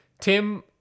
Tim